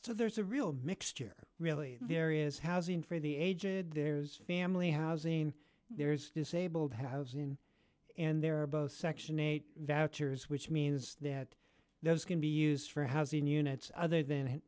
so there's a real mixture really there is housing for the aged there is family housing there is disabled have seen and there are both section eight vouchers which means that those can be used for housing units other than